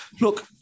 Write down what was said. Look